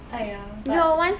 !aiya! but